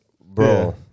bro